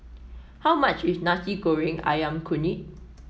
how much is Nasi Goreng ayam kunyit